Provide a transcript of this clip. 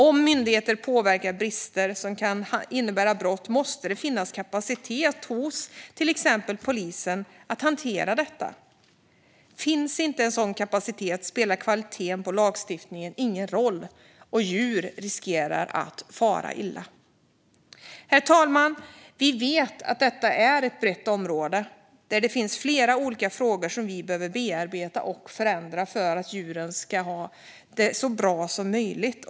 Om myndigheter påpekar brister som kan innebära brott måste det finnas kapacitet hos till exempel polisen att hantera detta. Finns inte en sådan kapacitet spelar kvaliteten på lagstiftningen ingen roll, och djur riskerar att fara illa. Herr talman! Vi vet att detta är ett brett område där det finns flera olika frågor som vi behöver bearbeta och förändra för att djuren ska ha det så bra som möjligt.